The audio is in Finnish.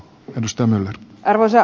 arvoisa puhemies